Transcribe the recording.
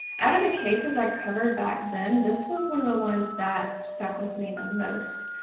out of the cases i covered back then, this was one of the ones that stuck with me the most.